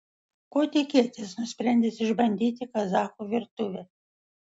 ko tikėtis nusprendęs išbandyti kazachų virtuvę